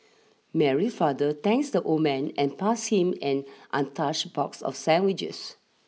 Mary's father thanks the old man and pass him an untouched box of sandwiches